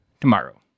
tomorrow